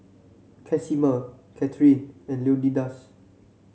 Casimer Katharine and Leonidas